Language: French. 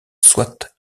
soit